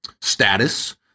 status